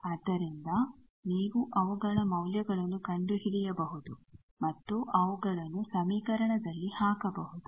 ಆದ್ದರಿಂದ ನೀವು ಅವುಗಳ ಮೌಲ್ಯಗಳನ್ನು ಕಂಡುಹಿಡಿಯಬಹುದು ಮತ್ತು ಅವುಗಳನ್ನು ಸಮೀಕರಣದಲ್ಲಿ ಹಾಕಬಹುದು